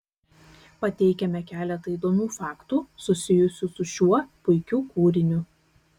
pateikiame keletą įdomių faktų susijusių su šiuo puikiu kūriniu